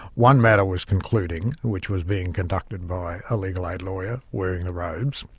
one matter was concluding, which was being conducted by a legal aid lawyer wearing the robes,